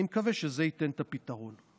אני מקווה שזה ייתן את הפתרון.